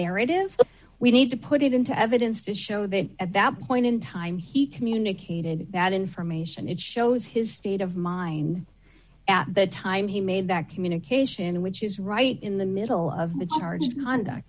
narrative we need to put it into evidence to show that at that point in time he communicated that information it shows his state of mind at the time he made that communication which is right in the middle of the charge conduct